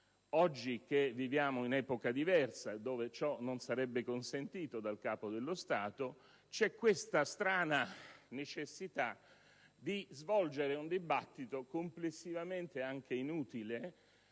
Oggi, che viviamo in epoca diversa, nella quale ciò non sarebbe consentito dal Capo dello Stato, esiste la necessità di svolgere un dibattito, complessivamente inutile,